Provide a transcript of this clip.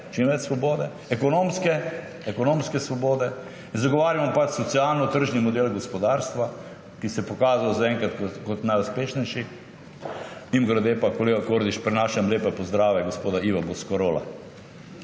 čim več svobode, ekonomske svobode, zagovarjamo socialno tržni model gospodarstva, ki se je pokazal zaenkrat kot najuspešnejši. Mimogrede pa, kolega Kordiš, prenašam lepe pozdrave gospoda Iva Boscarola.